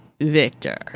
Victor